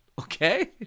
okay